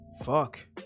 fuck